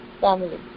family